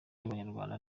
babanyarwanda